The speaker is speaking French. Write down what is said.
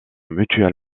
mutuel